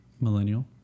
millennial